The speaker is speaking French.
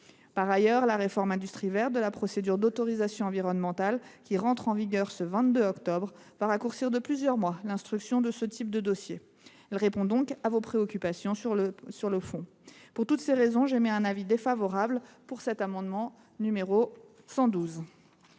Par ailleurs, la réforme Industrie verte de la procédure d’autorisation environnementale, qui entre en vigueur le 22 octobre prochain, raccourcira de plusieurs mois l’instruction de ce type de dossier. Elle répond donc à vos préoccupations sur le fonds. Pour toutes ces raisons, le Gouvernement émet un avis défavorable sur cet amendement.